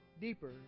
deeper